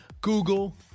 Google